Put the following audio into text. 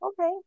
okay